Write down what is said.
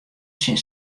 tsjin